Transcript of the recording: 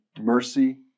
mercy